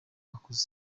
bakuze